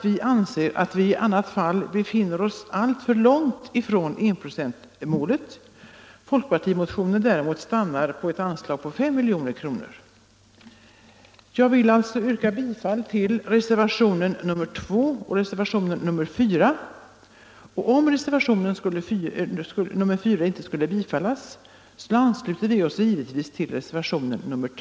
Vi anser att vi i alla fall kommer alltför långt ifrån enprocentsmålet. Folkpartiet stannar vid ett anslag på 5 milj.kr. Jag yrkar bifall till reservationerna 2 och 4. Om reservationen 4 icke skulle bifallas, ansluter vi oss givetvis till reservationen 3.